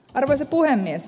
arvoisa puhemies